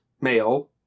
male